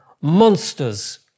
monsters